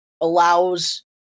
allows